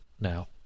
now